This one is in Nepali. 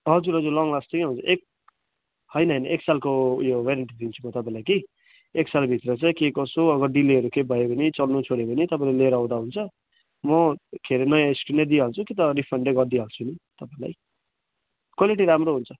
हजुर हजुर लङ लास्टिङै हुन्छ एक होइन होइन एक सालको उयो वारन्टी दिन्छु म तपाईँलाई कि एक सालभित्र चाहिँ के कसो अब डिलेहरू केही भयो भने चल्नु छोड्यो भने तपाईँले लिएर आउँदा हुन्छ म के अरे नयाँ स्क्रिनै दिइहाल्छु कि त रिफन्डै गरिदिई हाल्छु नि तपाईँलाई क्वालिटी राम्रो हुन्छ